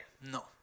No